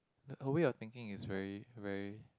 her way of thinking is very very